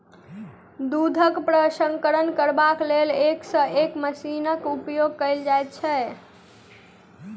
दूधक प्रसंस्करण करबाक लेल एक सॅ एक मशीनक उपयोग कयल जाइत छै